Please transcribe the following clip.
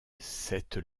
cette